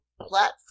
platform